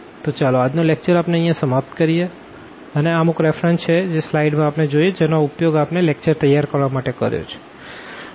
તો આ અમુક રેફરન્સ છે જેનો અમે ઉપયોગ કર્યો છે